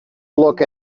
look